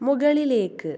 മുകളിലേക്ക്